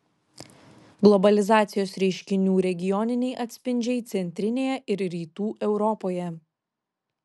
globalizacijos reiškinių regioniniai atspindžiai centrinėje ir rytų europoje